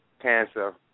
Cancer